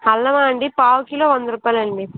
అల్లమా అండి పావు కిలో వంద రుపాయలండి